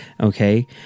okay